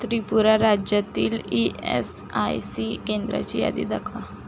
त्रिपुरा राज्यातील E S I C केंद्राची यादी दाखवा